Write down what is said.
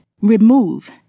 remove